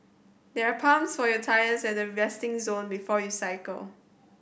there are pumps for your tyres at the resting zone before you cycle